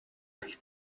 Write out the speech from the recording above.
lead